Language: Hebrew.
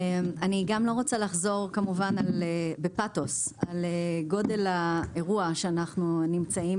אני לא רוצה לחזור בפאתוס על גודל האירוע שאנחנו נמצאים בו.